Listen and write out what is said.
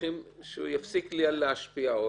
צריכים שהוא יפסיק להשפיע.